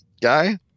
guy